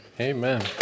Amen